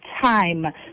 time